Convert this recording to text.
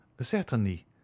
Certainly